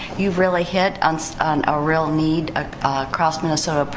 you've really hit on so on a real need ah across minnesota.